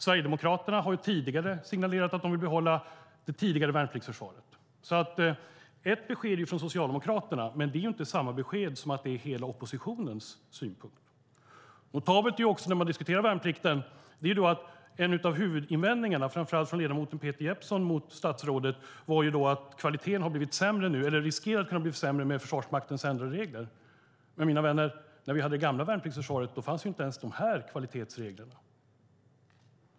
Sverigedemokraterna har ju tidigare signalerat att de vill behålla det tidigare värnpliktsförsvaret. Så ett besked finns från Socialdemokraterna, men det är inte samma besked som att det är hela oppositionens synpunkt. Notabelt är också när man diskuterar värnplikten att en av huvudinvändningarna, framför allt från ledamoten Peter Jeppsson mot statsrådet, var att kvaliteten riskerar att bli sämre med Försvarsmaktens ändrade regler. Men mina vänner, när vi hade det gamla värnpliktsförsvaret fanns inte ens de här kvalitetsreglerna.